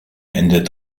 endet